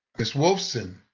ms. wolfson?